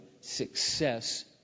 success